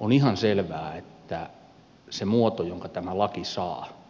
on ihan selvää että se muoto jonka tämä laki saa